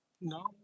No